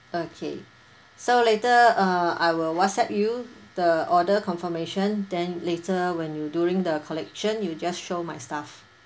okay so later uh I will what's app you the order confirmation then later when you during the collection you just show my staff